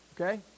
Okay